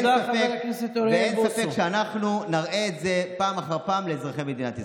ואין ספק שאנחנו נראה את זה פעם אחר פעם לאזרחי מדינת ישראל.